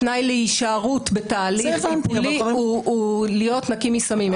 התנאי להישארות בתהליך טיפולי הוא להיות נקי מסמים.